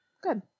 Good